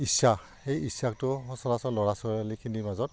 ইচ্ছা সেই ইচ্ছাটো সচৰাচৰ ল'ৰা ছোৱালীখিনিৰ মাজত